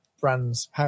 brands